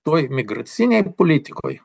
toj migracinėj politikoj